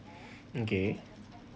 okay